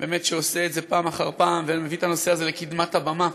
שעושה את זה פעם אחר פעם ומביא את הנושא הזה לקדמת הבמה.